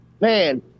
Man